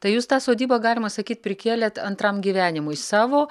tai jus tą sodybą galima sakyt prikėlėt antram gyvenimui savo